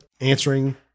answering